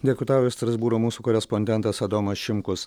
dėkui tau iš strasbūro mūsų korespondentas adomas šimkus